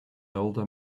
older